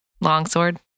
longsword